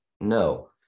no